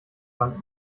wand